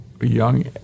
young